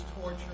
torture